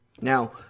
Now